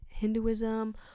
hinduism